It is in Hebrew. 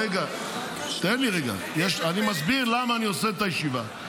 רגע, אני מסביר למה אני עושה את הישיבה.